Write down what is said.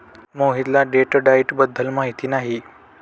मोहितला date diet बद्दल माहिती नाही